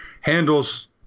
handles